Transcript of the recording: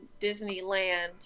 Disneyland